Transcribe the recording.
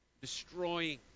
destroying